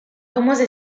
famosa